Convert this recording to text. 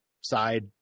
side